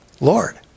Lord